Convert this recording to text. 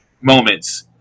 moments